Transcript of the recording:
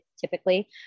typically